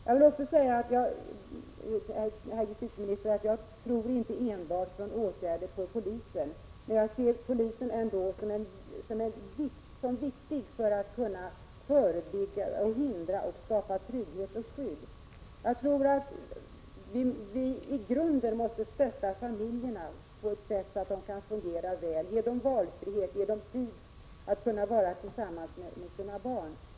Jag vill också säga till justitieministern att jag inte enbart tror på åtgärder från polisen — men att jag ändå anser polisen viktig för att man skall kunna förebygga och hindra misshandel samt ge skydd och trygghet. Jag anser också att vi i grunden måste stödja familjerna på sådant sätt att de kan fungera väl — detta genom att ge dem valfrihet och tid för vuxna att vara tillsammans med sina barn.